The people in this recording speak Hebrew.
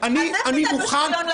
אז איך אתה ---?